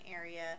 area